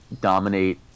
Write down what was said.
dominate